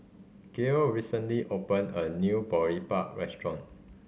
Gael recently open a new Boribap restaurant